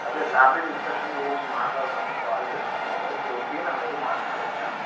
అదే salary discussion గురించి మాట్లాడదామని కాల్ చేసాను ఇప్పుడు ఫ్రీనా మీరు మాట్లాడవచ్చా